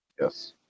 Yes